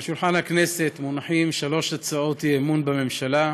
על שולחן הכנסת מונחות שלוש הצעות אי-אמון בממשלה,